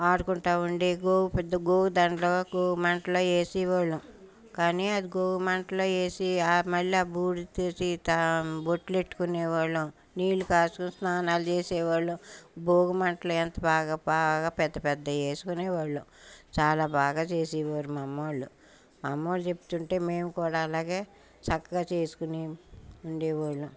ఆడుకుంటూ ఉండే గోవు పెద్ద గోవు దాంట్లో గోవు మంటలు వేసేవాళ్ళము కానీ అది గోవు మంటలు వేసి ఆ మళ్ళీ ఆ బూడిద తీసి తాము బొట్లు పెట్టుకునేవాళ్ళము నీళ్ళు కాచు స్నానాలు చేసేవాళ్ళు భోగీ మంటలు ఎంత బాగా బాగా పెద్ద పెద్దవి వేసుకునేవాళ్ళు చాలా బాగా చేసేవారు మా అమ్మావాళ్ళు అమ్మావాళ్ళు చెబుతుంటే మేము కూడా అలాగే చక్కగా చేసుకొని ఉండే వాళ్ళము